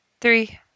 three